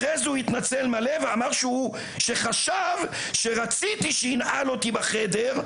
אחרי זה הוא התנצל מלא ואמר שחשב שרציתי שינעל אותי בחדר,